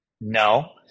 No